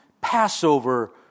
Passover